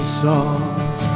songs